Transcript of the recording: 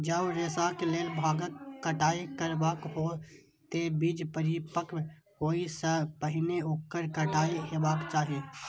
जौं रेशाक लेल भांगक कटाइ करबाक हो, ते बीज परिपक्व होइ सं पहिने ओकर कटाइ हेबाक चाही